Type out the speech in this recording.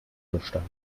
bestand